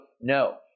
No